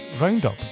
Roundup